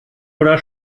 oder